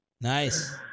Nice